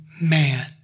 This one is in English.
man